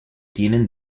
tienen